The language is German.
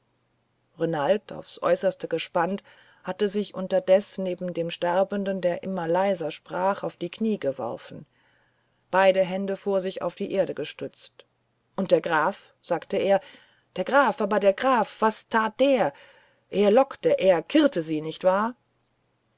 renald aufs äußerste gespannt hatte sich unterdes neben dem sterbenden der immer leiser sprach auf die knie hingeworfen beide hände vor sich auf die erde gestützt und der graf sagte er der graf aber der graf was tat der er lockte er kirrte sie nicht wahr